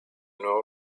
nuevo